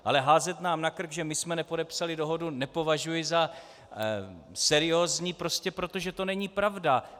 Ale házet nám na krk, že my jsme nepodepsali dohodu, nepovažuji za seriózní prostě proto, že to není pravda.